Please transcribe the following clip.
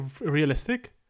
realistic